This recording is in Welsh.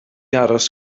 aros